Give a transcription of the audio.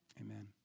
Amen